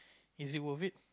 is it worth it